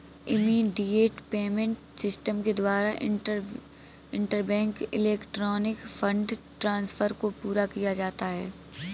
immediate payment system के द्वारा interbank electronic fund transfer को पूरा किया जाता है